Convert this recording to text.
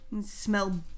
smell